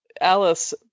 alice